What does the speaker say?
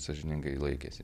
sąžiningai laikėsi